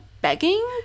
begging